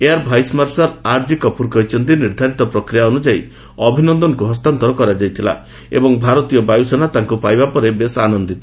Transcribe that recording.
air vice marshal R G Kapoor କହିଛନ୍ତି ନିର୍ଦ୍ଧାରିତ ପ୍ରକ୍ରିୟା ଅନୁଯାୟୀ ଅଭିନନ୍ଦନଙ୍କୁ ହସ୍ତାନ୍ତର କରାଯାଇଥିଲା ଏବଂ ଭାରତୀୟ ବାୟୁସେନା ତାଙ୍କୁ ପାଇବା ପରେ ବିଶେଷ ଆନନ୍ଦିତ